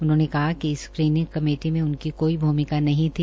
उन्होंने कहा कि स्क्रीनिंग कमेटी में उनकी कोई भूमिका नहीं थी